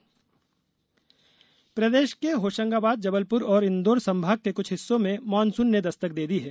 monsoon प्रदेश के होशंगाबाद जबलपुर और इंदौर संभाग के कुछ हिस्सों में मॉनसून ने दस्तक दे दी है